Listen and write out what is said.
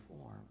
form